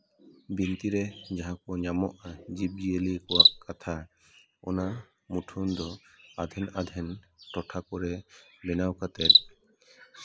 ᱵᱤᱱᱛᱤ ᱨᱮ ᱡᱟᱦᱟᱸ ᱠᱚ ᱧᱟᱢᱚᱜᱼᱟ ᱡᱤᱵᱽᱼᱡᱤᱭᱟᱹᱞᱤ ᱠᱚᱣᱟᱜ ᱠᱟᱛᱷᱟ ᱚᱱᱟ ᱢᱩᱴᱷᱟᱹᱱ ᱫᱚ ᱟᱫᱷᱮᱱ ᱟᱫᱷᱮᱱ ᱴᱚᱴᱷᱟ ᱠᱚᱨᱮ ᱵᱮᱱᱟᱣ ᱠᱟᱛᱮᱫ